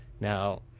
Now